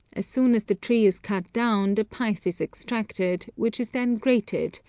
as soon as the tree is cut down, the pith is extracted, which is then grated,